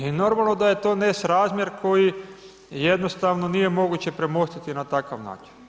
I normalno da je to nesrazmjer koji jednostavno nije moguće premostiti na takav način.